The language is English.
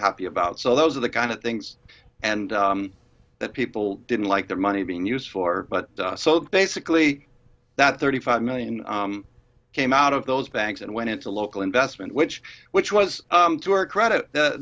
happy about so those are the kind of things and that people didn't like their money being used for but so basically that thirty five million came out of those banks and went into local investment which which was to our credit